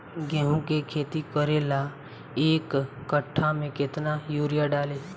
गेहूं के खेती करे ला एक काठा में केतना युरीयाँ डाली?